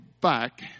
back